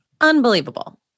Unbelievable